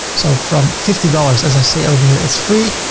so from fifty dollars, as i say, over here, it's free.